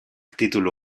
titulu